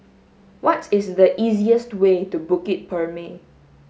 what is the easiest way to Bukit Purmei